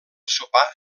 sopar